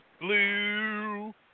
blue